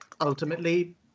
ultimately